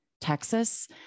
Texas